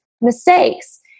Mistakes